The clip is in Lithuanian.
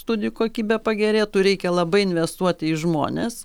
studijų kokybė pagerėtų reikia labai investuot į žmones